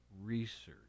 research